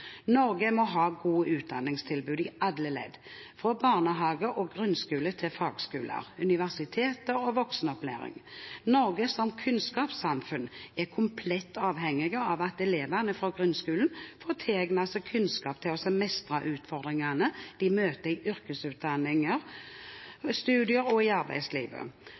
Norge må ha gode utdanningstilbud i alle ledd, fra barnehage og grunnskole til fagskoler, universiteter og voksenopplæring. Norge som kunnskapssamfunn er komplett avhengig av at elevene fra grunnskolen får tilegnet seg kunnskap til å mestre utfordringene de møter i yrkesutdanninger, studier og i arbeidslivet.